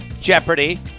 Jeopardy